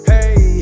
Hey